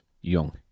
young